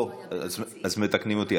או, אז מתקנים אותי.